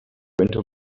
into